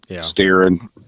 steering